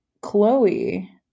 Chloe